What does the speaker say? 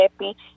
happy